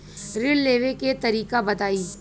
ऋण लेवे के तरीका बताई?